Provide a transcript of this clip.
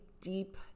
deep